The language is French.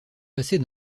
passées